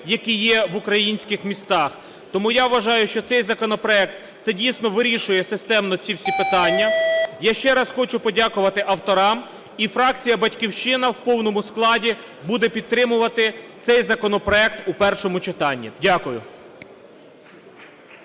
які є в українських містах. Тому я вважаю, що цей законопроект дійсно вирішує системно ці всі питання. Я ще раз хочу подякувати авторам. І фракція "Батьківщина" в повному складі буде підтримувати цей законопроект у першому читанні. Дякую.